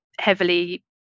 heavily